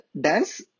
dance